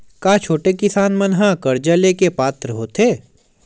का छोटे किसान मन हा कर्जा ले के पात्र होथे?